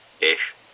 ish